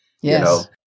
Yes